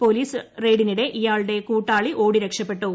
police റെയ്ഡിനിടെ ഇയാളുടെ കൂട്ടാളി ഓടി രക്ഷപെട്ടു